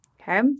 Okay